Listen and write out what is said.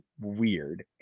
weird